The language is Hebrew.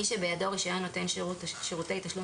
מי שבידו רישיון נותן שירותי תשלום